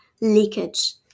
leakage